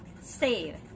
save